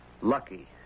lucky